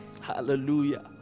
Hallelujah